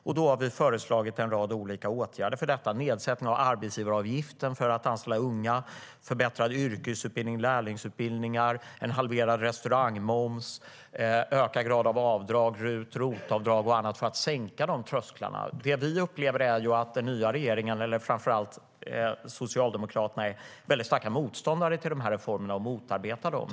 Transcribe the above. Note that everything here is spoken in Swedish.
Och vi föreslagit en rad olika åtgärder: nedsättning av arbetsgivaravgiften för att anställa unga, förbättrad yrkesutbildning, lärlingsutbildningar, halverad restaurangmoms, ökad grad av avdrag såsom RUT och ROT-avdrag och annat för att sänka de trösklarna.